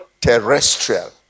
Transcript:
terrestrial